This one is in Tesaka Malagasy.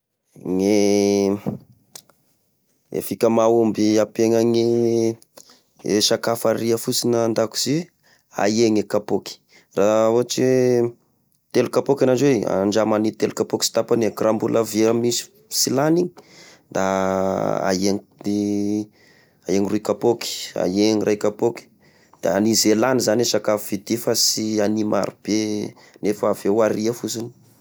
Gne e fika mahomby hampihena gne e sakafo aria fosiny andakozy: ahena e kapôky, raha ôtry hoe: telo kapôky nandrahoy andramo any telo kapoka sy tapany eky, raha mbola avy misy sy lany igny, da aheny aheny roy kapôky, aheny ray kapôky, da ania zay lany zany e sakafo fite fa sy ania maro be, nefa avy eo aria fosiny.